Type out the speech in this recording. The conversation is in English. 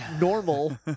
normal